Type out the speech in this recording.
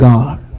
God